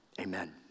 Amen